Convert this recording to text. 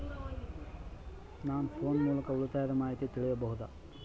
ನಾವು ಫೋನ್ ಮೂಲಕ ಉಳಿತಾಯದ ಮಾಹಿತಿ ತಿಳಿಯಬಹುದಾ?